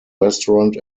restaurant